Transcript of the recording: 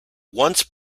once